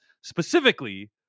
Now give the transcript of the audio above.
Specifically